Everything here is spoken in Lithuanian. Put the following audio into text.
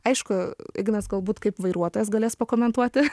aišku ignas galbūt kaip vairuotojas galės pakomentuoti